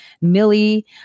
millie